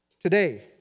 today